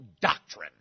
doctrine